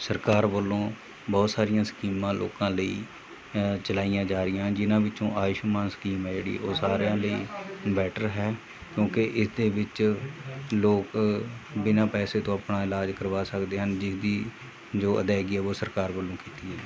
ਸਰਕਾਰ ਵੱਲੋਂ ਬਹੁਤ ਸਾਰੀਆਂ ਸਕੀਮਾਂ ਲੋਕਾਂ ਲਈ ਚਲਾਈਆਂ ਜਾ ਰਹੀਆਂ ਹਨ ਜਿਨ੍ਹਾਂ ਵਿੱਚੋਂ ਆਯੂਸ਼ਮਾਨ ਸਕੀਮ ਹੈ ਜਿਹੜੀ ਉਹ ਸਾਰਿਆਂ ਲਈ ਬੈਟਰ ਹੈ ਕਿਉਂਕਿ ਇਸਦੇ ਵਿੱਚ ਲੋਕ ਬਿਨਾਂ ਪੈਸੇ ਤੋਂ ਆਪਣਾ ਇਲਾਜ ਕਰਵਾ ਸਕਦੇ ਹਨ ਜਿਸਦੀ ਜੋ ਅਦਾਇਗੀ ਹੈ ਉਹ ਸਰਕਾਰ ਵੱਲੋਂ ਕੀਤੀ ਜਾਂਦੀ ਹੈ